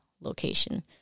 location